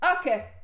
okay